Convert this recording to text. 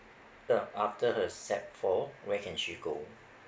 yup after the sec four where can she go